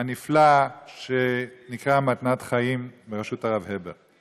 הנפלא שנקרא מתנת חיים בראשות הרב הבר.